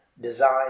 design